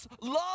love